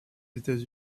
états